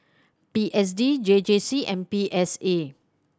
P S D J J C and P S A